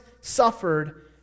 suffered